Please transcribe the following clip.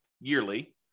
yearly